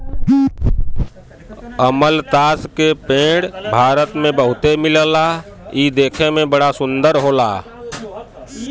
अमलतास के पेड़ भारत में बहुते मिलला इ देखे में बड़ा सुंदर होला